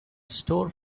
store